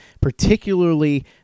particularly